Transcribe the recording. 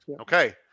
Okay